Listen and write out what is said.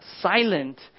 silent